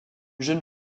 jeune